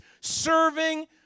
serving